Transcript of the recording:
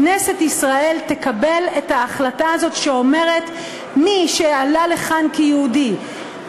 כנסת ישראל תקבל את ההחלטה הזאת שאומרת: מי שעלה לכאן כיהודי,